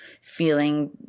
feeling